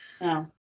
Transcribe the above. No